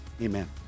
Amen